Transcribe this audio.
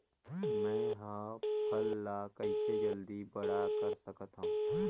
मैं ह फल ला कइसे जल्दी बड़ा कर सकत हव?